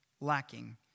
lacking